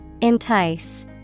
Entice